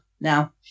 now